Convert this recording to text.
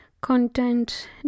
content